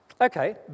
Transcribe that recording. Okay